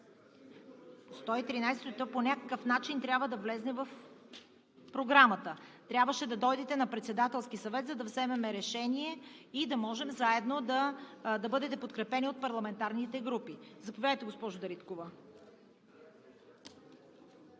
113 … По някакъв начин трябва да влезе в Програмата. Трябваше да дойдете на Председателския съвет, за да вземем решение и да можем заедно… да бъдете подкрепени от парламентарните групи. Заповядайте, госпожо Дариткова.